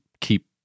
keep